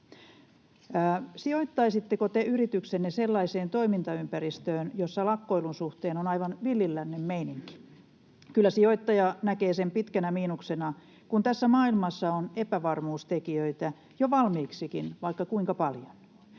Sijoittaisitteko te yrityksenne sellaiseen toimintaympäristöön, jossa lakkoilun suhteen on aivan villin lännen meininki? Kyllä sijoittaja näkee sen pitkänä miinuksena, kun tässä maailmassa on epävarmuustekijöitä jo valmiiksikin vaikka kuinka paljon.